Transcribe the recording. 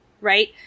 right